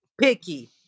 picky